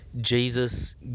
Jesus